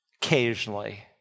Occasionally